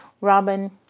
Robin